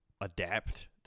adapt